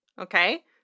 Okay